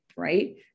right